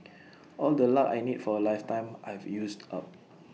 all the luck I need for A lifetime I've used up